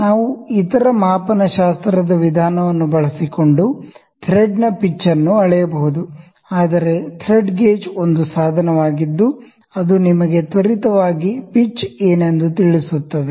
ನಾವು ಇತರ ಮಾಪನ ಶಾಸ್ತ್ರದ ವಿಧಾನವನ್ನು ಬಳಸಿಕೊಂಡು ಥ್ರೆಡ್ನ ಪಿಚ್ ಅನ್ನು ಅಳೆಯಬಹುದು ಆದರೆ ಥ್ರೆಡ್ ಗೇಜ್ ಒಂದು ಸಾಧನವಾಗಿದ್ದು ಅದು ನಿಮಗೆ ತ್ವರಿತವಾಗಿ ಪೀಚ್ ಏನೆಂದು ತಿಳಿಸುತ್ತದೆ